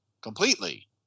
completely